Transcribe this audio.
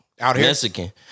Mexican